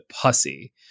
pussy